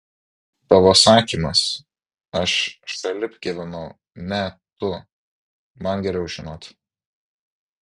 tavo sakymas aš šalip gyvenau ne tu man geriau žinoti